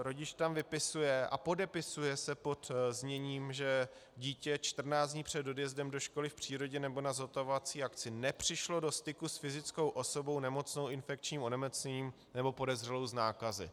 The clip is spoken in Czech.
Rodič tam vypisuje a podepisuje se pod zněním, že dítě 14 dní před odjezdem do školy v přírodě nebo na zotavovací akci nepřišlo do styku s fyzickou osobou nemocnou infekčním onemocněním nebo podezřelou z nákazy.